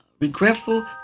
regretful